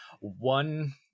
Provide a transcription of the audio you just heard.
One